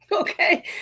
Okay